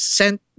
sent